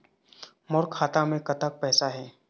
मोर खाता मे कतक पैसा हे?